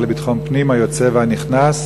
השר לביטחון פנים היוצא והנכנס,